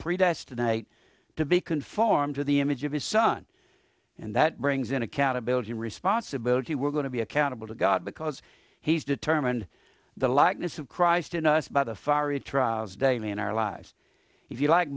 night to be conformed to the image of his son and that brings in accountability responsibility we're going to be accountable to god because he's determined the likeness of christ in us by the fiery trials daily in our lives if you like